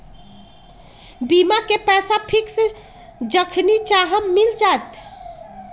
बीमा के पैसा फिक्स जखनि चाहम मिल जाएत?